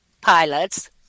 pilots